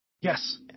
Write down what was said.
Yes